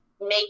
make